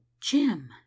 jim